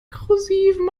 rekursiven